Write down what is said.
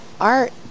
art